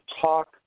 talk